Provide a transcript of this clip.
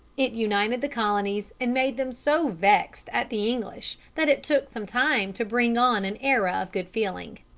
it united the colonies and made them so vexed at the english that it took some time to bring on an era of good feeling.